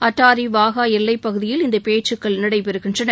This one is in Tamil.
அட்டாரி வாகா எல்லைப்பகுதியில் இந்த பேச்சுக்கள் நடைபெறவுள்ளன